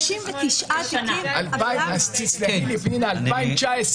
תסלחי לי, פנינה.